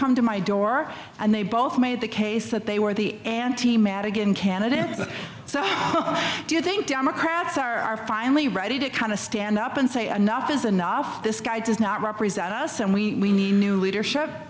come to my door and they both made the case that they were the anti madigan candidate so do you think democrats are finally ready to kind of stand up and say enough is enough this guy does not represent us and we need new leadership